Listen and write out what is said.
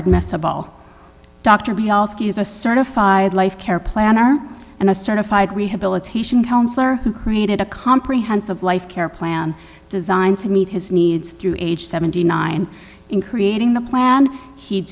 is a certified life care planner and a certified rehabilitation counsellor who created a comprehensive life care plan designed to meet his needs through age seventy nine in creating the plan he